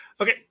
Okay